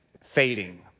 fading